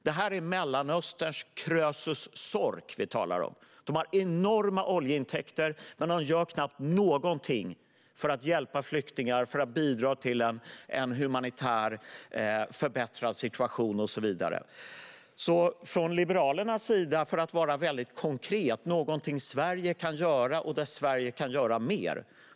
Det är Mellanösterns Krösus Sork vi talar om. De har enorma oljeintäkter, men de gör knappt någonting för att hjälpa flyktingar eller bidra till en förbättrad humanitär situation. Låt mig från Liberalernas sida vara konkret och tala om något som Sverige kan göra och där Sverige kan göra mer.